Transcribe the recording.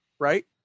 Right